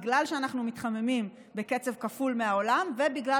בגלל שאנחנו מתחממים בקצב כפול מהעולם ובגלל